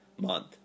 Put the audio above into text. month